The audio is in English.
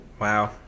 wow